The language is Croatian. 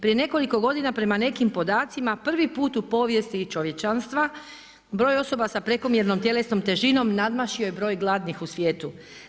Prije nekoliko godina prema nekim podacima, prvi put u povijesti čovječanstva broj osoba sa prekomjernom tjelesnom težinom nadmašio je broj gladnih u svijetu.